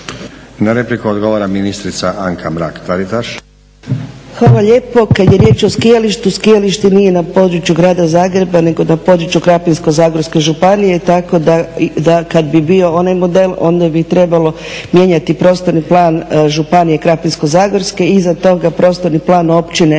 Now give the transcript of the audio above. Na repliku odgovara ministrica Anka Mrak Taritaš. **Mrak-Taritaš, Anka (HNS)** Hvala lijepo. Kad je riječ o skijalištu, skijalište nije na području grada Zagreba, nego na području Krapinsko-zagorske županije, tako da kad bi bio onaj model, onda bi trebalo mijenjati prostorni plan Županije Krapinsko-zagorske, iza toga prostorni plan … na